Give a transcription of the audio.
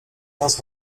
nas